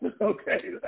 Okay